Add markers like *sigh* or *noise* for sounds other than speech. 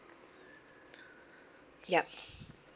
*breath* ya